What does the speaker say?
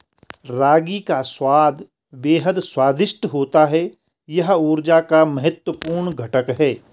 रागी का स्वाद बेहद स्वादिष्ट होता है यह ऊर्जा का महत्वपूर्ण घटक है